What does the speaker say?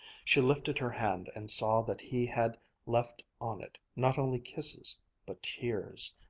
she lifted her hand and saw that he had left on it not only kisses but tears.